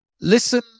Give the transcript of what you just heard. Listen